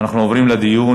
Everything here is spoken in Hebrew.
אנחנו עוברים לדיון.